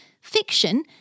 fiction